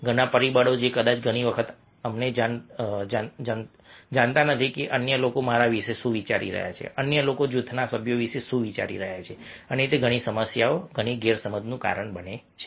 ઘણા પરિબળો જે કદાચ ઘણી વખત અમને જાણતા નથી કે અન્ય લોકો મારા વિશે શું વિચારી રહ્યા છે અન્ય લોકો જૂથના સભ્યો વિશે શું વિચારી રહ્યા છે અને તે ઘણી સમસ્યાઓ ઘણી ગેરસમજનું કારણ બને છે